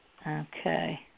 Okay